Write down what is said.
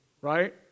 right